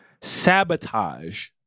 sabotage